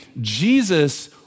Jesus